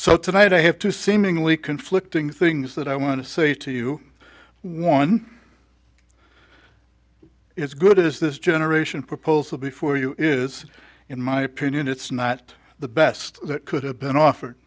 so tonight i have two seemingly conflicting things that i want to say to you one it's good as this generation proposal before you is in my opinion it's not the best that could have been offered